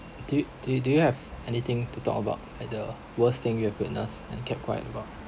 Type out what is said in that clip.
do you do do you have anything to talk about at the worst thing you have witness and kept quiet about